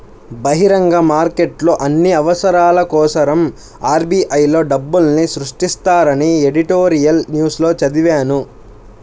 బహిరంగ మార్కెట్లో అన్ని అవసరాల కోసరం ఆర్.బి.ఐ లో డబ్బుల్ని సృష్టిస్తారని ఎడిటోరియల్ న్యూస్ లో చదివాను